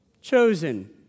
chosen